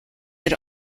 had